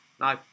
no